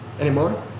anymore